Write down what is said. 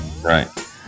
Right